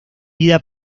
vida